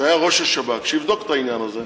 שהיה ראש השב"כ, שיבדוק את העניין הזה,